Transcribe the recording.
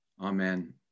Amen